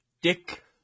Dick